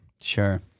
Sure